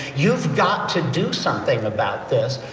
you've got to do something about this.